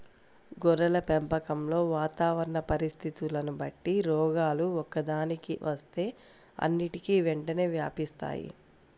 గొర్రెల పెంపకంలో వాతావరణ పరిస్థితులని బట్టి రోగాలు ఒక్కదానికి వస్తే అన్నిటికీ వెంటనే వ్యాపిస్తాయి